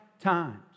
times